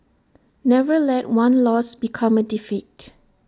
never let one loss become A defeat